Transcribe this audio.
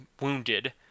wounded